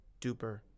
duper